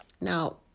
now